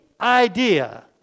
idea